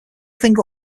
thing